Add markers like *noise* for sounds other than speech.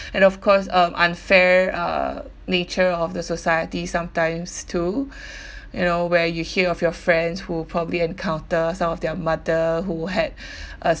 and of course um unfair uh nature of the society sometimes too *breath* you know where you hear of your friends who probably encounter some of their mother who had *breath* a